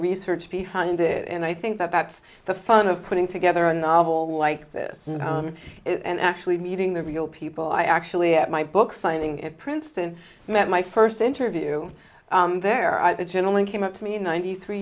research behind it and i think that that's the fun of putting together a novel like this and actually meeting the real people i actually at my book signing at princeton met my first interview there i the gentleman came up to me ninety three